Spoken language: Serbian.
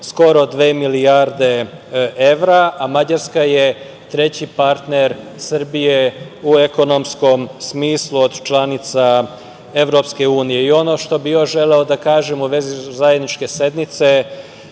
skoro dve milijarde evra, a Mađarska je treći partner Srbije u ekonomskom smislu od članica EU.Ono što bih još želeo da kažem u vezi zajedničke sednice